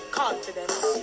confidence